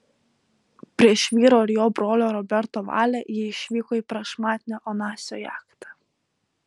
prieš vyro ir jo brolio roberto valią ji išvyko į prašmatnią onasio jachtą